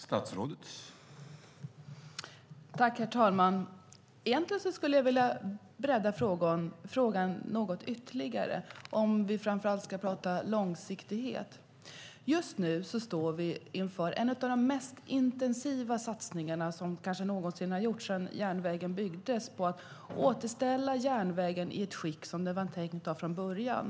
Herr talman! Egentligen vill jag bredda frågan något ytterligare, om vi framför allt ska tala om långsiktighet. Just nu står vi inför en av de mest intensiva satsningarna som kanske någonsin har gjorts sedan järnvägen byggdes på att återställa järnvägen i ett skick som den var tänkt från början.